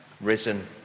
risen